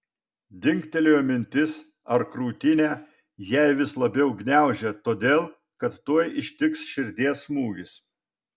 dingtelėjo mintis ar krūtinę jai vis labiau gniaužia todėl kad tuoj ištiks širdies smūgis